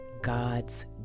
God's